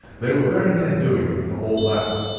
they were very near doing it for all that.